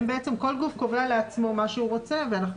כל גוף קובע לעצמו מה שהוא רוצה ואנחנו